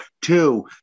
two